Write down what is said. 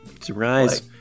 Surprise